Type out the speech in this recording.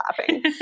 laughing